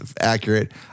accurate